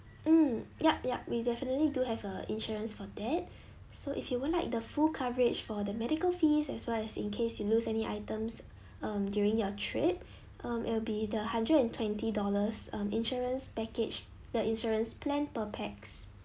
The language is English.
mm yup yup we definitely do have a insurance for that so if you would like the full coverage for the medical fees as well as in case you lose any items um during your trip um it'll be the hundred and twenty dollars um insurance package the insurance plan per pax